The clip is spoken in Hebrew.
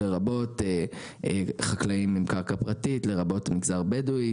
לרבות חקלאים עם קרקע פרטית; לרבות המגזר הבדואי,